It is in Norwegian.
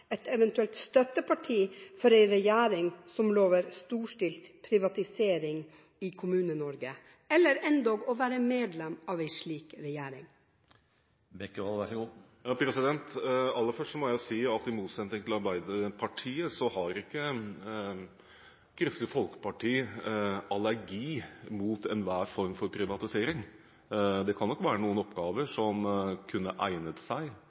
et eventuelt støtteparti for en regjering som lover storstilt privatisering i Kommune-Norge, eller endog være medlem av en slik regjering? Aller først må jeg jo si at i motsetning til Arbeiderpartiet har ikke Kristelig Folkeparti allergi mot enhver form for privatisering. Det kan nok være noen oppgaver som kunne egnet seg